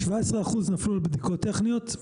17% נפלו על בדיקות טכניות.